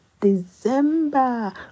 December